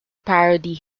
parody